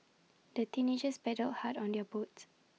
the teenagers paddled hard on their boat